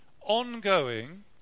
ongoing